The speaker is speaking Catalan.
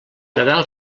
nadal